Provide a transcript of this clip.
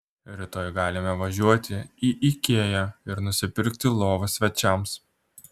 rytoj galime važiuoti į ikea ir nusipirkti lovą svečiams